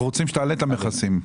אנחנו רוצים שתעלה את המכסים.